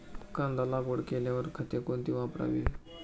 कांदा लागवड केल्यावर खते कोणती वापरावी?